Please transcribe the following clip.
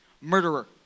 murderer